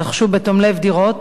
רכשו בתום לב דירות,